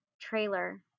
trailer